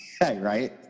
right